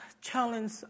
challenge